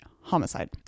Homicide